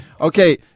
okay